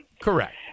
Correct